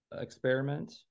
experiment